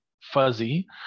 fuzzy